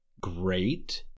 great